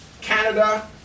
Canada